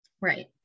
Right